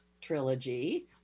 trilogy